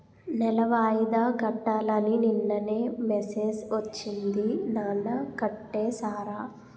నెల వాయిదా కట్టాలని నిన్ననే మెసేజ్ ఒచ్చింది నాన్న కట్టేసారా?